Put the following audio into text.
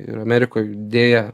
ir amerikoj deja